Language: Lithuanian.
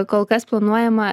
kol kas planuojama